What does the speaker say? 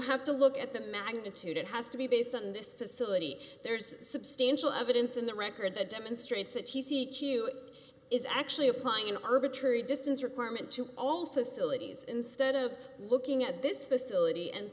have to look at the magnitude it has to be based on this facility there's substantial evidence in the record that demonstrates that is actually applying an arbitrary distance requirement to all facilities instead of looking at this facility and